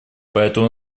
поэтому